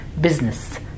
Business